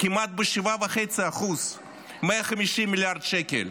כמעט ב-7.5% 150 מיליארד שקל.